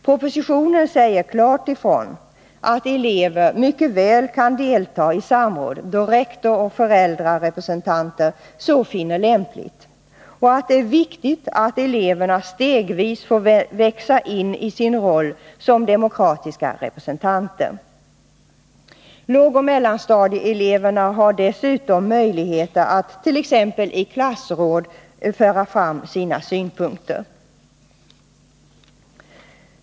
Propositionen säger klart ifrån att elever mycket väl kan delta i samråd då rektor och föräldrarepresentanter så finner lämpligt och att det är viktigt att eleverna stegvis får växa in i sin roll som demokratiska representanter. Lågoch mellanstadieeleverna har dessutom möjligheter att t.ex. i klassråd föra fram sina synpunkter.